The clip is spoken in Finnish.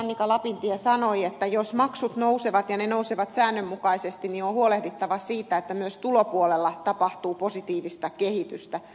annika lapintie sanoi että jos maksut nousevat ja ne nousevat säännönmukaisesti niin on huolehdittava siitä että myös tulopuolella tapahtuu positiivista kehitystä